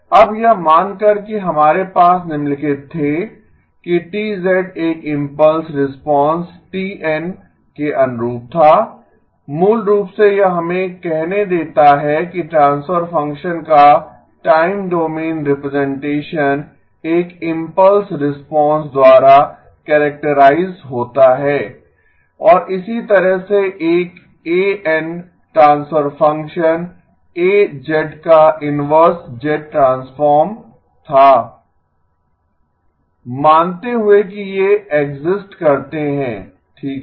अब यह मानकर कि हमारे पास निम्नलिखित थे कि T एक इम्पल्स रिस्पांस t n के अनुरूप था मूल रूप से यह हमें कहने देता है कि ट्रांसफर फंक्शन का टाइम डोमेन रिप्रजेंटेशन एक इम्पल्स रिस्पांस द्वारा कैरेक्टराइज होता है और इसी तरह से एक a n transfer function A का इनवर्स z ट्रांसफॉर्म था मानतें हुए कि ये एक्सिस्ट करतें हैं ठीक है